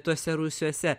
tuose rūsiuose